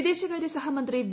വിദേശകാരൃ സഹമന്ത്രി വി